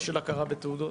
של הכרה בתעודות?